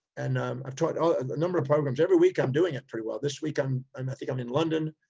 and i've taught ah and a number of programs every week. i'm doing it pretty well this week i'm and week i'm in london.